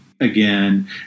again